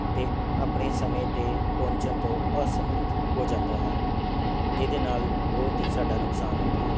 ਅਤੇ ਆਪਣੇ ਸਮੇਂ 'ਤੇ ਪਹੁੰਚਣ ਤੋਂ ਅਸਮਰਥ ਹੋ ਜਾਂਦਾ ਹੈ ਇਹਦੇ ਨਾਲ ਬਹੁਤ ਹੀ ਸਾਡਾ ਨੁਕਸਾਨ ਹੁੰਦਾ ਹੈ